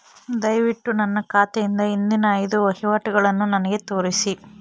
ದಯವಿಟ್ಟು ನನ್ನ ಖಾತೆಯಿಂದ ಹಿಂದಿನ ಐದು ವಹಿವಾಟುಗಳನ್ನು ನನಗೆ ತೋರಿಸಿ